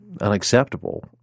Unacceptable